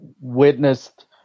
witnessed